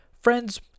Friends